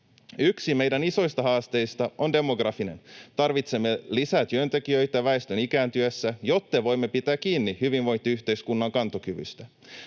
Yksi meidän isoista haasteista on demografinen. Tarvitsemme lisää työntekijöitä väestön ikääntyessä, jotta voimme pitää kiinni hyvinvointiyhteiskunnan kantokyvystä.